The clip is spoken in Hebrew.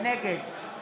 נגד